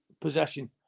possession